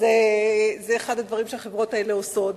שזה אחד הדברים שהחברות האלה עושות,